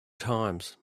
times